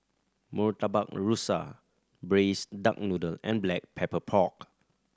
Murtabak Rusa Braised Duck Noodle and Black Pepper Pork